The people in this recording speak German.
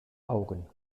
augen